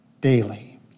daily